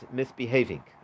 misbehaving